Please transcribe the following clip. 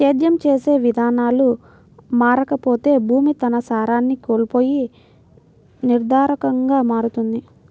సేద్యం చేసే విధానాలు మారకపోతే భూమి తన సారాన్ని కోల్పోయి నిరర్థకంగా మారుతుంది